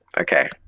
Okay